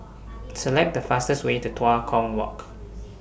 Select The fastest Way to Tua Kong Walk